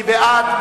מי בעד?